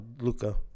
Luca